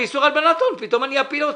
באיסור הלבנת הון פתאום אני אפיל אותם.